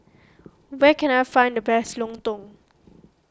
where can I find the best Lontong